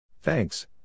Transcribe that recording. Thanks